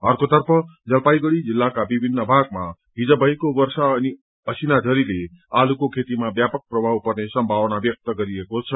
अर्कोतर्फ जलपाइगढ़ी जिल्लाका विभिन्न भागमा हिज भएको वर्षा अनि असिना झरीले आलुको खेतीमा ब्यापक प्रभाव पर्ने सम्भावना ब्यक्त गरिएको छ